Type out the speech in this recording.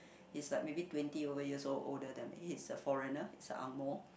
is like maybe twenty over years old older than me he's a foreigner he's a angmoh